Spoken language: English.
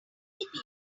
people